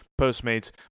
Postmates